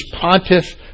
Pontiff